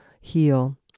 heal